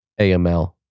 AML